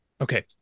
Okay